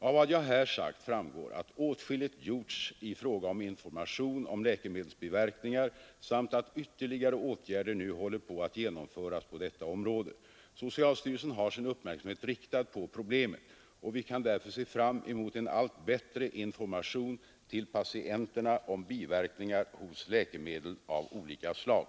Av vad jag här sagt framgår att åtskilligt gjorts i fråga om information om läkemedelsbiverkningar samt att ytterligare åtgärder nu håller på att genomföras på detta område. Socialstyrelsen har sin uppmärksamhet riktad på problemet och vi kan därför se fram emot en allt bättre information till patienterna om biverkningar hos läkemedel av olika slag.